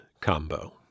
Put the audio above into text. combo